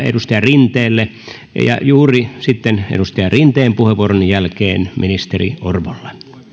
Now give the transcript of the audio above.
edustaja rinteelle ja juuri edustaja rinteen puheenvuoron jälkeen ministeri orvolle